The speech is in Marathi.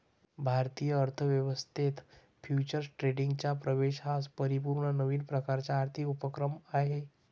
भारतीय अर्थ व्यवस्थेत फ्युचर्स ट्रेडिंगचा प्रवेश हा पूर्णपणे नवीन प्रकारचा आर्थिक उपक्रम आहे